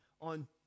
on